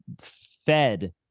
fed